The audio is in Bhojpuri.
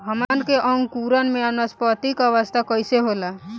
हमन के अंकुरण में वानस्पतिक अवस्था कइसे होला?